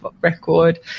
record